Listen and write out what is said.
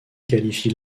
qualifie